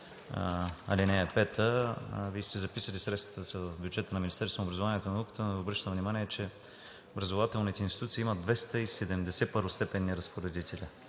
ал. 5. Вие сте записали средствата за бюджета на Министерството на образованието и науката, но не обръщате внимание, че образователните институции имат 270 първостепенни разпоредители